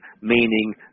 meaning